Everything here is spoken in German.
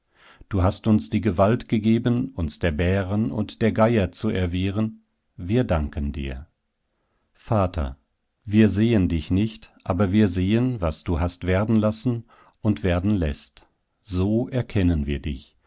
du hast uns die gewalt gegeben uns der bären und der geier zu erwehren wir danken dir vater wir sehen dich nicht aber wir sehen was du hast werden lassen und werden läßt so erkennen wir dich